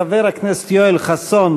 חבר הכנסת יואל חסון,